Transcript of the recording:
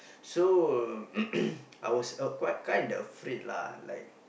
so I was uh quite kind of afraid lah like